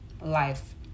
life